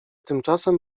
tymczasem